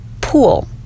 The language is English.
pool